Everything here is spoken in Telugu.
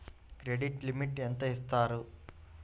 క్రెడిట్ లిమిట్ ఎంత ఇస్తారు?